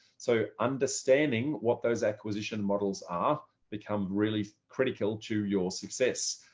so understanding what those acquisition models are become really critical to your success.